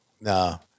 no